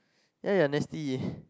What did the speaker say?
ya ya nasty